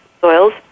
soils